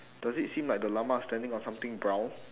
does it seem like the llama is standing on something brown